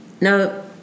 Now